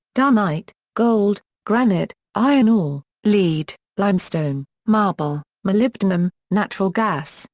dunite, gold, granite, iron ore, lead, limestone, marble, molybdenum, natural gas,